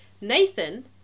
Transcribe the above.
nathan